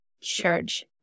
church